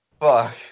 fuck